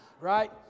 right